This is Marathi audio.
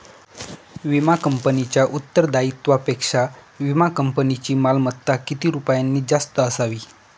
विमा कंपनीच्या उत्तरदायित्वापेक्षा विमा कंपनीची मालमत्ता किती रुपयांनी जास्त असावी?